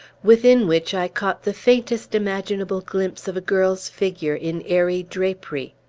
within which i caught the faintest imaginable glimpse of a girl's figure, in airy drapery.